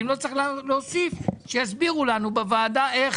אם לא צריך להוסיף את זה שיסבירו לנו בוועדה איך,